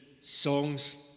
songs